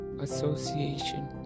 association